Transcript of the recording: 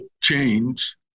change